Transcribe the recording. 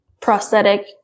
prosthetic